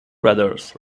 brothers